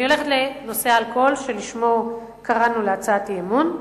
אני הולכת לנושא האלכוהול שלשמו קראנו לאי-אמון.